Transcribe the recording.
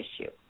issue